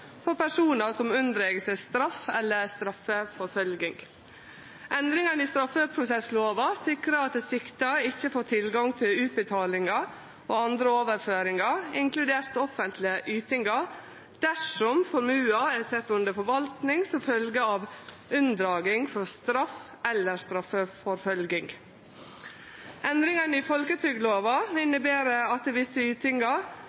for personar som har unndrege seg straff eller straffeforfølging. Endringane i straffeprosesslova sikrar at dei sikta ikkje får tilgang til utbetalingar og andre overføringar, inkludert offentlege ytingar, dersom formuen er sett under forvaltning som følgje av unndraging frå straff eller straffeforfølging. Endringane i